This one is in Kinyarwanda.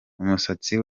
umusatsi